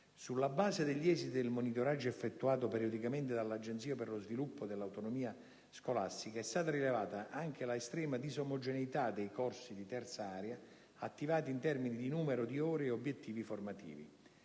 Sulla base degli esiti del monitoraggio effettuato periodicamente dall'Agenzia per lo sviluppo dell'autonomia scolastica è stata rilevata anche la estrema disomogeneità dei corsi di terza area attivati, in termini di numero di ore e obiettivi formativi.